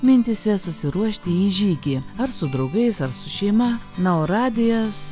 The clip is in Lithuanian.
mintyse susiruošti į žygį ar su draugais ar su šeima na o radijas